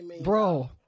bro